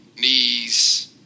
knees